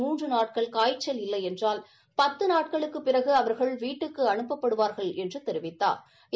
மூன்று நாட்கள் காய்ச்சல் இல்லை என்றால் பத்து நாட்களுக்குப் பிறகு அவா்கள் வீட்டுக்கு அனுப்பப்படுவாா்கள் என்று தெரிவித்தாா்